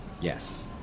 Yes